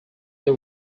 they